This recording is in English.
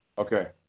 Okay